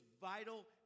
vital